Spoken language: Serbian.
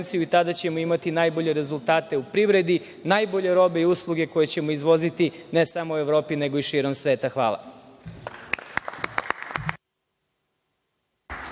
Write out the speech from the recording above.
i tada ćemo imati najbolje rezultate u privredi, najbolje robe i usluge koje ćemo izvoziti, ne samo u Evropi nego i širom sveta.